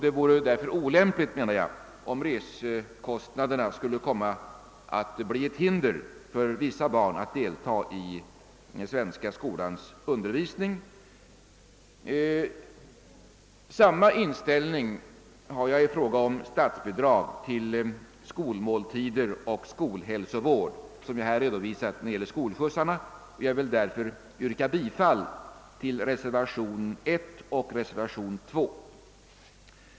Det vore därför olämpligt om resekostnaderna skulle komma att bli ett hinder för vissa barn när det gäller att delta i svenska skolans undervisning. Samma inställning som jag redovisat när det gäller skolskjutsarna har jag i fråga om statsbidrag till skolmåltider och skolhälsovård. Jag vill yrka bifall till reservationerna 1 och 2.